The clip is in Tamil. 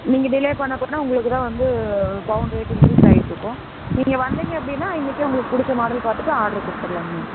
நீங்கள் டிலே பண்ண பண்ண உங்களுக்கு தான் வந்து பவுன் ரேட்டு இன்க்ரீஸ் ஆயிட்டு இருக்கும் நீங்கள் வந்திங்க அப்படினா இன்னைக்கே உங்களுக்கு பிடிச்ச மாடல் பார்த்துட்டு ஆர்ட்ரு கொடுத்துட்றலாங்க மேம்